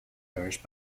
parish